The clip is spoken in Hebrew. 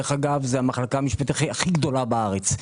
שזו המחלקה המשפטית הכי גדולה בארץ,